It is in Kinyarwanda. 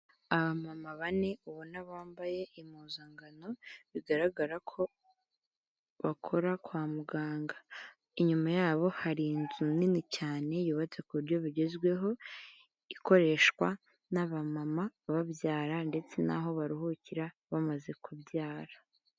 Abamama bane ubona bambaye impuzankano bigaragara ko bakora kwa muganga inyuma yabo hari inzu nini cyane yubatse ku buryo bugezweho ikoreshwa n'abamama babyara ndetse n'aho baruhukira bamaze kubyara.